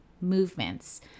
movements